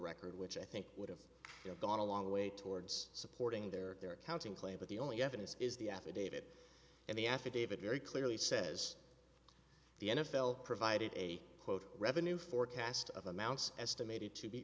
record which i think would have gone a long way towards supporting their their accounting claim but the only evidence is the affidavit and the affidavit very clearly says the n f l provided a quote revenue forecast of amounts estimated to be